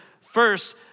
first